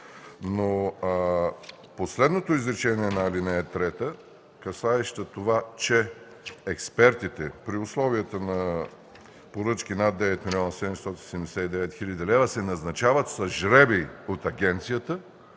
Но последното изречение на ал. 3, касаеща това, че експертите, при условията на поръчки над 9 млн. 779 хил. лв., се назначават с жребий от агенцията,